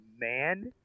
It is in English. man